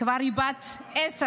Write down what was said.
היא כבר בת עשר.